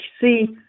see